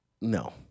No